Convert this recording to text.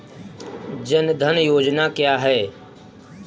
जनधन योजना क्या है?